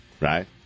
right